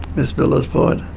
miss millers but